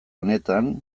honetan